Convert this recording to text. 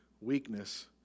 weakness